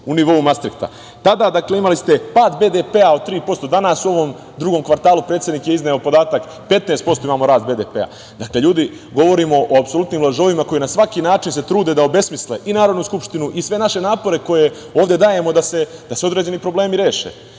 u nivou mastrihta. Tada ste imali pad BDP od 3%, danas u ovom drugom kvartalu, predsednik je izneo podatak, imamo 15% rast BDP. Dakle, ljudi govorimo o apsolutnim lažovima koji se na svaki način trude da obesmisle i Narodnu skupštinu i naše napore koje ovde dajemo da se određeni problemi reše.